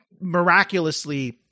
miraculously